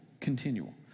continual